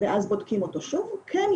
ואז אנחנו מפרסמים אותו באתר ממשל זמין